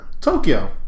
Tokyo